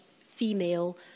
female